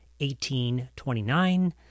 1829